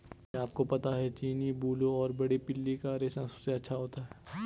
क्या आपको पता है चीनी, बूलू और बड़े पिल्लू का रेशम सबसे अच्छा होता है?